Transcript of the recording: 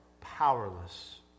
powerless